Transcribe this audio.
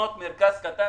ולבנות מרכז קטן,